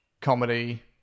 comedy